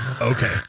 Okay